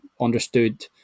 understood